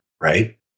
right